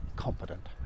Competent